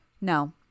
No